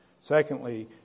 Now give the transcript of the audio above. Secondly